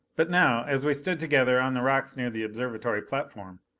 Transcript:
but now, as we stood together on the rocks near the observatory platform,